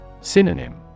Synonym